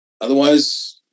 otherwise